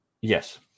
Yes